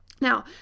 Now